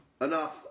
Enough